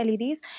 LEDs